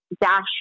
Dash